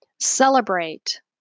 Celebrate